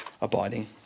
abiding